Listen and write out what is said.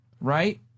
right